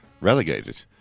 relegated